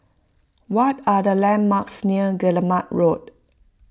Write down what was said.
what are the landmarks near Guillemard Road